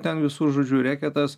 ten visų žodžiu reketas